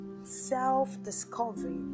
self-discovery